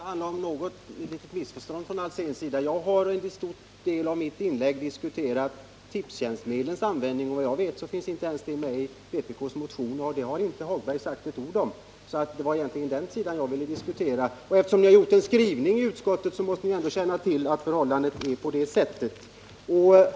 Herr talman! Hans Alsén måste ha gjort sig skyldig till ett missförstånd. Jag har i en del av mitt inlägg diskuterat Tipstjänstmedlens användning, som såvitt jag vet inte tas upp i vpk:s motion och som inte heller Lars-Ove Hagberg har sagt ett ord om. Det var egentligen den frågan jag ville diskutera. Eftersom det finns en skrivning om detta i utskottets betänkande, måste ni känna till vad det gäller.